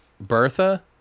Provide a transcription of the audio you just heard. Bertha